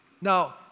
Now